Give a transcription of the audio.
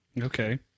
Okay